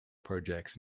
projects